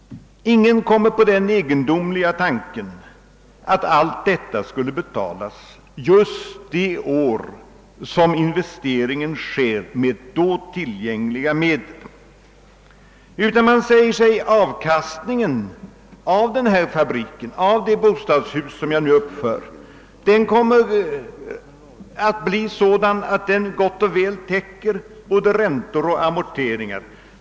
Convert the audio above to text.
Ingen kommer på den egendomliga tanken att allt detta skall betalas just det år som investeringen görs med då tillgängliga medel, utan man säger sig att avkastningen av fabriken eller bostadshuset som nu uppförts kommer att bli sådan att den gott och väl täcker både räntor och amorteringar.